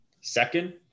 second